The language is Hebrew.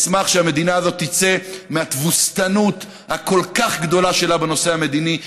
שהמדינה הזאת תצא מהתבוסתנות הכל-כך גדולה שלה בנושא המדיני,